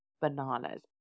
bananas